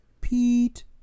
Pete